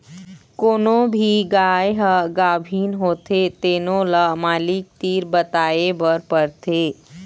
कोनो भी गाय ह गाभिन होथे तेनो ल मालिक तीर बताए बर परथे